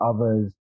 Others